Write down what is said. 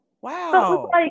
Wow